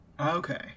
Okay